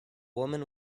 woman